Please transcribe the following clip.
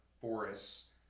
forests